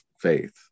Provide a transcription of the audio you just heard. faith